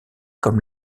comme